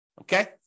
Okay